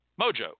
mojo